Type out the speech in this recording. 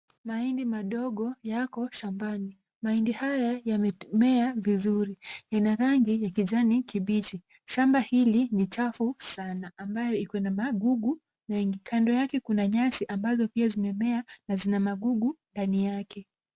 Mahindi madogo yako shambani. Mahindi haya yamemea vizuri. Yana rangi ya kijani kibichi. Shamba hili ni chafu sana ambayo iko na magugu mengi. Kando yake kuna nyasi ambazo pia zimemea na zina magugu ndani yake.